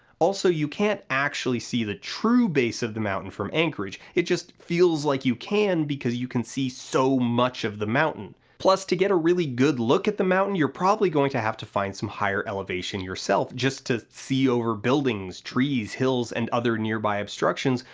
also you can't actually see the true base of the mountain from anchorage, it just feels like you can because you can see so much of the mountain. plus to get a really good look at the mountain you're probably going to have to find some higher elevation yourself, just to see over buildings, trees, hills, and other nearby obstructions,